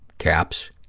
caps,